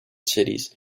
cities